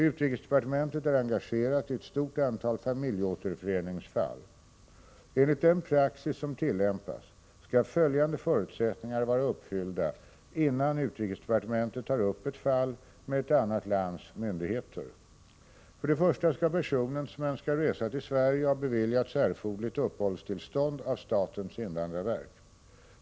Utrikesdepartementet är engagerat i ett stort antal familjeåterföreningsfall. Enligt den praxis som tillämpas skall följande förutsättningar vara uppfyllda, innan utrikesdepartementet tar upp ett fall med ett annat lands myndigheter. För det första skall personen som önskar resa till Sverige ha beviljats erforderligt uppehållstillstånd av statens invandrarverk.